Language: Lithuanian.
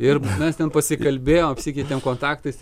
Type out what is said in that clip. ir mes ten pasikalbėjom apsikeitėm kontaktais